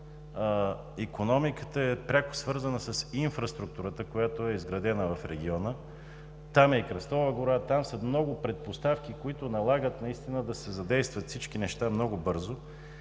Икономиката е пряко свързана с инфраструктурата, която е изградена в региона. Там е и Кръстова гора, там са много предпоставки, които налагат наистина да се задействат всички неща много бързо.